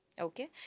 Okay